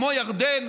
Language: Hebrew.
כמו ירדן,